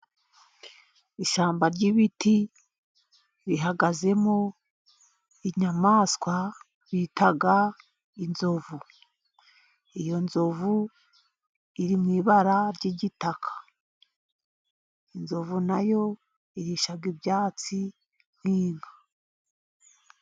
Ishyamba ry'ibiti rihagazemo inyamaswa bita inzovu. Iyo nzovu iri mu ibara ry'igitaka. Inzovu na yo irisha ibyatsi nk'inka.